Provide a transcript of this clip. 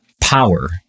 power